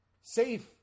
safe